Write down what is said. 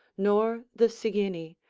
nor the sigynni,